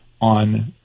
on